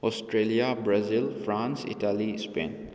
Australia Brazil France Italy Spain